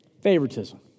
Favoritism